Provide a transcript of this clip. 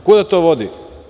Kuda to vodi?